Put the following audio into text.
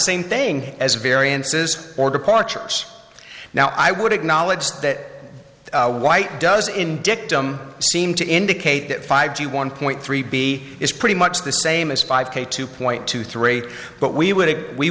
same thing as variances or departures now i would acknowledge that white does in dictum seem to indicate that five to one point three b is pretty much the same as five k two point two three but we w